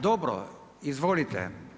Dobro, izvolite.